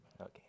Okay